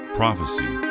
prophecy